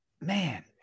Man